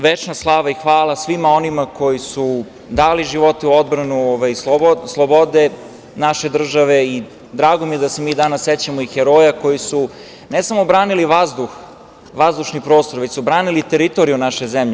Večna slava i hvala svima onima koji su dali živote u odbranu slobode naše države i drago mi je da se mi danas sećamo i heroja koji su ne samo branili vazdušni prostor, već su branili teritoriju naše zemlje.